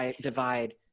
divide